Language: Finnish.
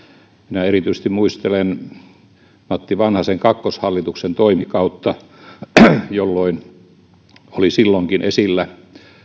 minä erityisesti muistelen matti vanhasen kakkoshallituksen toimikautta jolloin oli silloinkin esillä